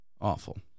Awful